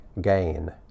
gain